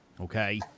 Okay